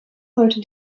sollte